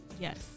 Yes